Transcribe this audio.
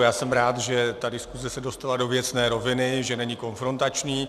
Já jsem rád, že ta diskuse se dostala do věcné roviny, že není konfrontační.